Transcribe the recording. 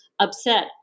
upset